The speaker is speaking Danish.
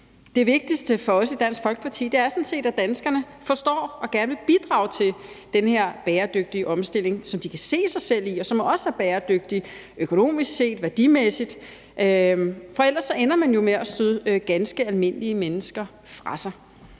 Det vigtigste for os i Dansk Folkeparti er sådan set, at danskerne forstår og gerne vil bidrage til den her bæredygtige omstilling, som de kan se sig selv i, og som også er bæredygtig økonomisk set, værdimæssigt, for ellers ender man jo med at støde ganske almindelige mennesker fra sig.